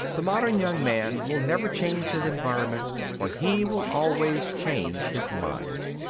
the modern young man will never change his environment for he will always change his mind.